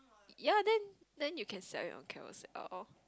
ya then then you can sell it on Carousell or or